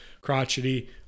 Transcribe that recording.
crotchety